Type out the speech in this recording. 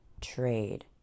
trade